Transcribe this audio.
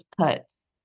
cuts